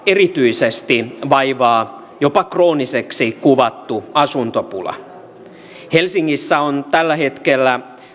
erityisesti pääkaupunkiseutua vaivaa jopa krooniseksi kuvattu asuntopula helsingissä on tällä hetkellä